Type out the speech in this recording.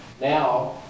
Now